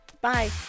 bye